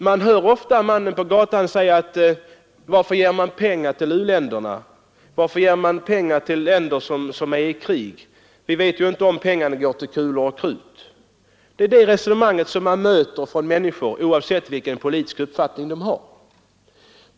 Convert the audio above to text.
Man hör ofta mannen på gatan säga: ”Varför ger vi pengar till u-länder, till länder som för krig; vi vet inte om pengarna går till kulor och krut?” Det resonemanget för människor, oavsett vilken politisk uppfattning de har.